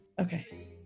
Okay